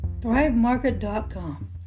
thrivemarket.com